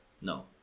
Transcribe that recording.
No